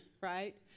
right